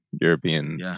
European